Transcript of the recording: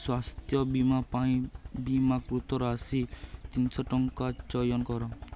ସ୍ଵାସ୍ଥ୍ୟ ବୀମା ପାଇଁ ବୀମାକୃତ ରାଶି ତିନିଶହ ଟଙ୍କା ଚୟନ କର